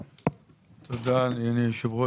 תודה, אדוני היו"ר.